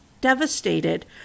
devastated